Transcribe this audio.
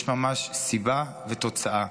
יש ממש סיבה ותוצאה.